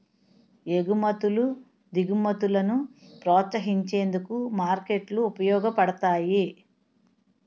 ఎగుమతులు దిగుమతులను ప్రోత్సహించేందుకు మార్కెట్లు ఉపయోగపడతాయి